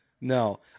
No